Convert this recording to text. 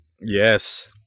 Yes